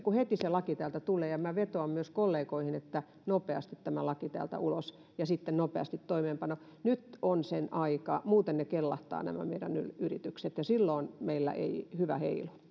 kun se laki täältä tulee se on sitten minä vetoan myös kollegoihin että tulisi nopeasti tämä laki täältä ulos ja sitten nopeasti toimeenpano nyt on sen aika muuten nämä meidän yritykset kellahtavat ja silloin meillä ei hyvä heilu